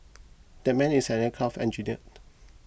that man is an aircraft engineer